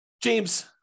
James